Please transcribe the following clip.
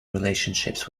relationships